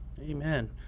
Amen